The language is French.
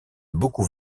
beaucoup